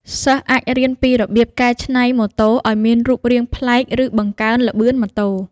សិស្សអាចរៀនពីរបៀបកែច្នៃម៉ូតូឱ្យមានរូបរាងប្លែកឬបង្កើនល្បឿនម៉ូតូ។